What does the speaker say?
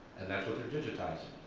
and that's what they're digitizing.